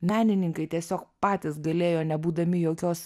menininkai tiesiog patys galėjo nebūdami jokios